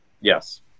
Yes